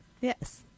Yes